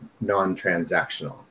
non-transactional